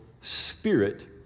spirit